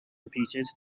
repeated